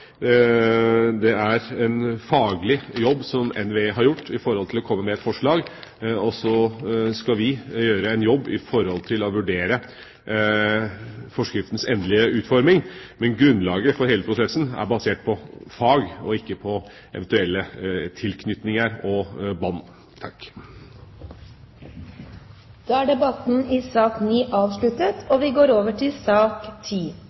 Det er en faglig jobb som NVE har gjort når det gjelder å komme med et forslag, og så skal vi gjøre en jobb for å vurdere forskriftens endelige utforming, men grunnlaget for hele prosessen er basert på fag, og ikke på eventuelle tilknytninger og bånd. Debatten i sak nr. 9 er avsluttet.